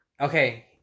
Okay